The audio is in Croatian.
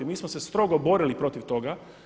Mi smo se strogo borili protiv toga.